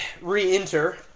re-enter